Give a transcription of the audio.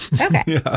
Okay